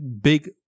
big